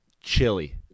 chili